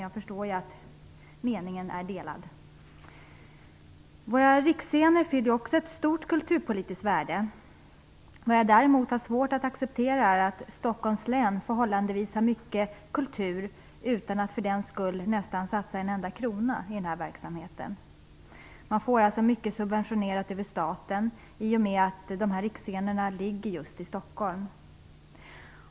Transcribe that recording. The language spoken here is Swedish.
Jag förstår att meningarna är delade. Våra riksscener fyller också ett stort kulturpolitiskt värde. Jag har däremot svårt att acceptera att Stockholms län har förhållandevis mycket kultur utan att för den skull satsa nästan en enda krona i verksamheten. Man får alltså mycket subventionerat över staten i och med att riksscenerna ligger just i Stockholm.